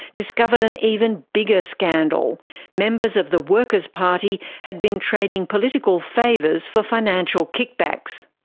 discovered an even bigger scandal members of the workers party had been trading political favours for financial kickbacks.